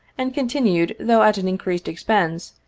and continued, though at an increased expense,